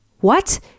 What